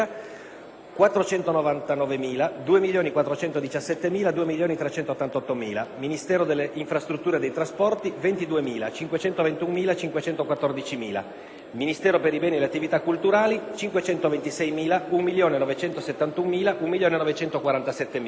499.000 | 2.417.000 | 2.388.000 || Ministero delle infrastrutture e dei trasporti | 22.000 | 521.000 | 514.000 || Ministero per i beni e le attività culturali | 526.000 | 1.971.000 | 1.947.000